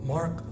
Mark